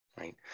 right